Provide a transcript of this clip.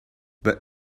but